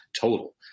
total